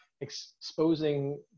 exposing